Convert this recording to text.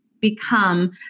become